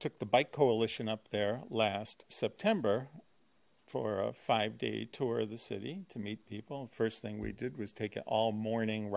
took the bike coalition up there last september for a five day tour of the city to meet people first thing we did was take it all morning